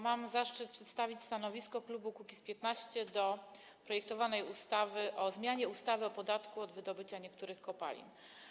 Mam zaszczyt przedstawić stanowisko klubu Kukiz’15 wobec projektowanej ustawy o zmianie ustawy o podatku od wydobycia niektórych kopalin.